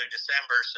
December